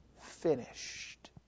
finished